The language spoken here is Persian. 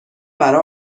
برا